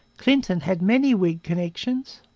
clinton had many whig connections.